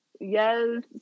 yes